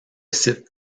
cite